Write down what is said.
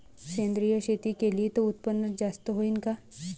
सेंद्रिय शेती केली त उत्पन्न जास्त होईन का?